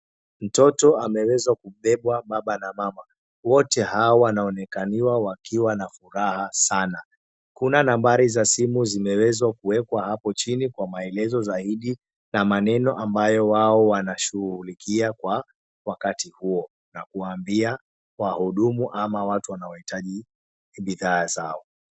Mtoto ameweza kubebwa baba na mama , wote hawa wanaonekaniwa wakiwa na furaha sana. Kuna nambari za simu zimewezwa kuwekwa hapo chini Kwa maelezo zaidi na maneno ambayo wao wanashughulikia Kwa wakati huo na kuwaambia wahudumu ama watu wanaohitaji bidhaa zao.